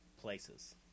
places